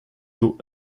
tôt